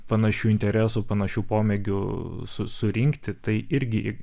panašių interesų panašių pomėgių su surinkti tai irgi